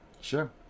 Sure